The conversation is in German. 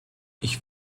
ich